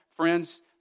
Friends